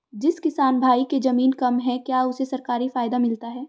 जिस किसान भाई के ज़मीन कम है क्या उसे सरकारी फायदा मिलता है?